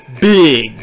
Big